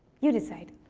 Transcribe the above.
you decide.